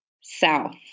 south